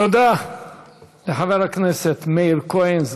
תודה לחבר הכנסת מאיר כהן,